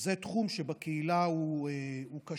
שזה תחום שבקהילה הוא קשה.